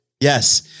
Yes